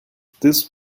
this